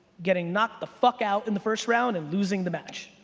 getting knocked the fuck out in the first round and losing the match,